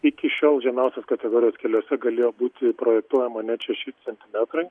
iki šiol žemiausios kategorijos keliuose galėjo būti projektuojama net šeši centimetrai